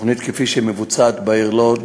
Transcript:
והתוכנית כפי שהיא מבוצעת בעיר לוד